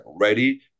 ready